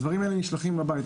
הדברים האלה נשלחים הביתה.